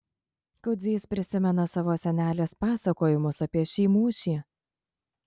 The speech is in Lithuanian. kudzys prisimena savo senelės pasakojimus apie šį mūšį